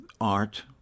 art